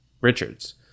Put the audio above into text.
Richards